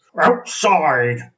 Outside